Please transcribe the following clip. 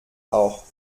auch